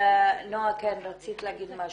נועה, רצית להגיד משהו.